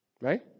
right